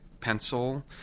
pencil